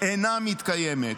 אינה מתקיימת,